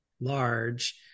large